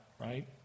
right